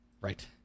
Right